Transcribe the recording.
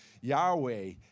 Yahweh